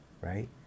right